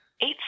Eight